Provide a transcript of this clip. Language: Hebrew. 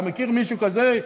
אתה מכיר מישהו כזה,